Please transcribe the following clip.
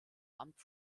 amt